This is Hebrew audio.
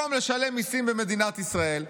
במקום לשלם מיסים במדינת ישראל,